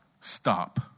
Stop